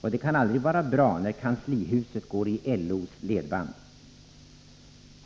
och det kan aldrig vara bra när kanslihuset går i LO:s ledband.